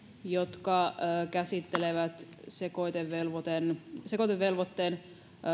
jotka käsittelevät sekoitevelvoitteen sekoitevelvoitteen